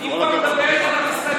זה קשה לשמוע את האמת.